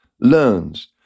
learns